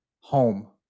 home